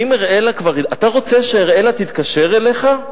אתה רוצה שאראלה תתקשר אליך?